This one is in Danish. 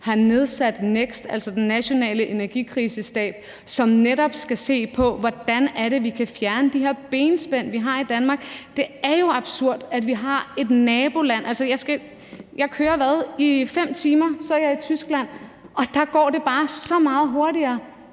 har nedsat NEKST, altså den nationale energikrisestab, som netop skal se på, hvordan vi kan fjerne de her benspænd, vi har i Danmark. Det er jo absurd, at vi har et naboland – altså, jeg kører i 5 timer, og så er jeg i Tyskland – hvor det bare går så meget hurtigere.